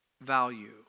value